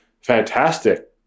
fantastic